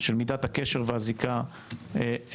של מידת הקשר והזיקה ליהדות.